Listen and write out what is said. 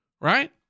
right